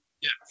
Yes